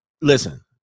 Listen